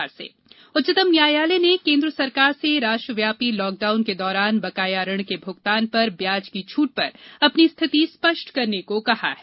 सुको ब्याजदर उच्चतम न्यायालय ने केंद्र सरकार से राष्ट्रव्यापी लॉकडाउन के दौरान बकाया ऋण भूगतान पर ब्याज की छूट पर अपनी स्थिति स्पष्ट करने को कहा है